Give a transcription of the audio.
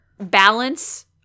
balance